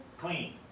clean